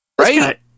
Right